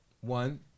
one